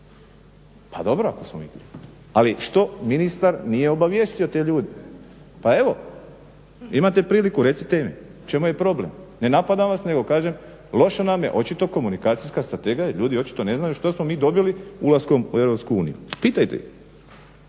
Pa dobro ako smo mi krivi. Ali što ministar nije obavijestio te ljude? Pa evo, imate priliku, recite im u čemu je problem. Ne napadam vas nego kažem loša nam je očito komunikacijska strategija jer ljudi očito ne znaju što smo mi dobili ulaskom u Europsku uniju. Pitajte ih.